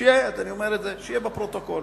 שיהיה בפרוטוקול,